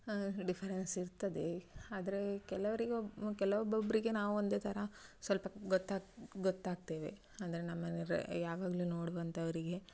difference ಇರ್ತದೆ ಆದರೆ ಕೆಲವ್ರಿಗೊಬ್ಬ ಕೆಲವೊಬ್ಬೊಬ್ರಿಗೆ ನಾವು ಒಂದೇ ಥರ ಸ್ವಲ್ಪ ಗೊತ್ತಾಗಿ ಗೊತ್ತಾಗ್ತೇವೆ ಅಂದರೆ ನಮ್ಮನೆಯವ್ರು ಯಾವಾಗಲೂ ನೋಡುವಂಥವ್ರಿಗೆ